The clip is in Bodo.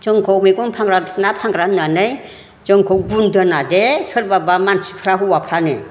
जोंखौ मैगं फानग्रा ना फानग्रा होन्नानै जोंखौ गुन दोना दे सोरबाबा मानसिफ्रा हौवाफ्रानो